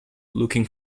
looking